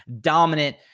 dominant